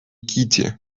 кити